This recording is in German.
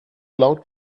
laut